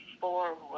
forward